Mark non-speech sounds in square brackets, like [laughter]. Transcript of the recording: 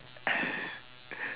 [laughs]